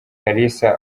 kalisa